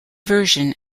version